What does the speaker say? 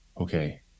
okay